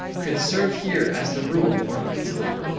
could serve here as the rule or principle.